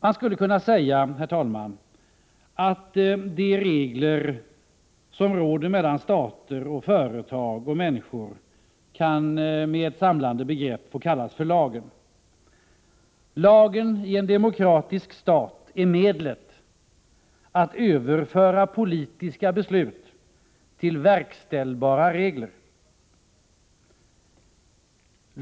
Man skulle kunna säga att de regler som gäller mellan stater och företag och människor med ett samlande begrepp kallas för lagen. Lagen i en demokratisk stat är medlet att överföra politiska beslut till verkställbara regler.